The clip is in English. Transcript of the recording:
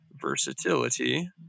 versatility